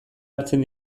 hartzen